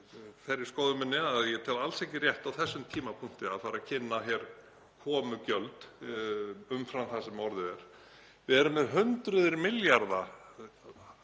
á þessum tímapunkti að fara að kynna hér komugjöld umfram það sem orðið er. Við erum með hundruð milljarða